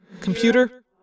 Computer